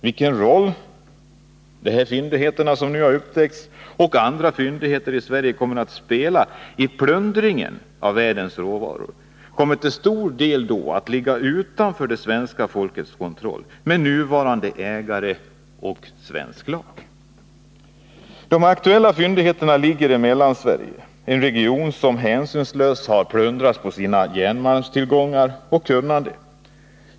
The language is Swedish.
Vilken roll de nu upptäckta fyndigheterna och andra fyndigheter i Sverige kommer att spela i plundringen av världens råvaror kommer till stor del att ligga utanför svenska folkets kontroll med nuvarande ägare och med gällande lag. De aktuella fyndigheterna ligger i Mellansverige, en region som hänsynslöst har plundrats på sina järnmalmstillgångar och på sitt kunnande.